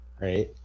right